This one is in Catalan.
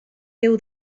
déu